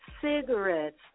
cigarettes